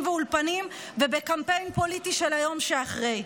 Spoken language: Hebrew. ואולפנים ובקמפיין פוליטי של היום שאחרי,